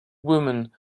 woman